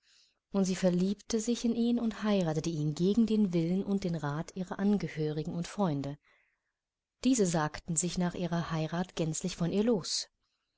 auch sie verliebte sich in ihn und heiratete ihn gegen den willen und den rat ihrer angehörigen und freunde diese sagten sich nach ihrer heirat gänzlich von ihr los